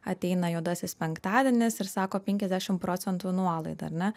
ateina juodasis penktadienis ir sako penkiasdešimt procentų nuolaida ar ne